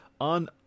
on